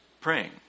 praying